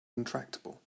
intractable